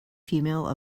female